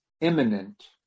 imminent